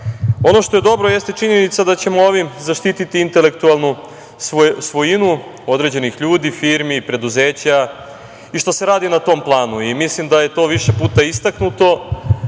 što je dobro jeste činjenica da ćemo ovim zaštiti intelektualnu svojinu određenih ljudi, firmi i preduzeća i što se radi na tom planu. Mislim da je to više puta istaknuto.Međutim,